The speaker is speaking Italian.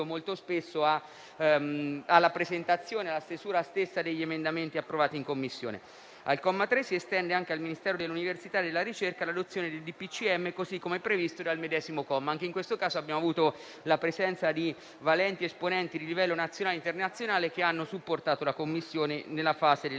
molto spesso alla stesura stessa degli emendamenti approvati in Commissione. Al comma 3 si estende anche al Ministero dell'università e della ricerca l'adozione del decreto del Presidente del Consiglio dei ministri, come previsto dal medesimo comma. Anche in questo caso abbiamo avuto la presenza di valenti esponenti di livello nazionale e internazionale che hanno supportato la Commissione nella fase